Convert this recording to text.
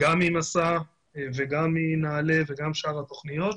גם ממסע וגם מנעל"ה ושאר התוכניות.